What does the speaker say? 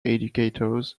educators